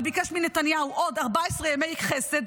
אבל ביקש מנתניהו עוד 14 ימי חסד,